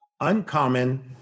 uncommon